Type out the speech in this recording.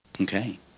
Okay